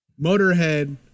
motorhead